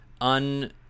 un